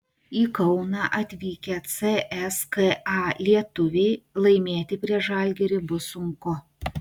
į kauną atvykę cska lietuviai laimėti prieš žalgirį bus sunku